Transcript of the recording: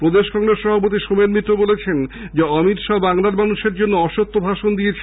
প্রদেশ কংগ্রেস সভাপতি সোমেন মিত্র বলেছেন অমিত শাহ্ বাংলার মানুষের জন্য অসত্য ভাষণ দিয়েছেন